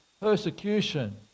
persecution